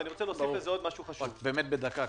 ואני רוצה להוסיף עוד משהו חשוב --- אבל ממש בדקה,